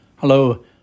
Hello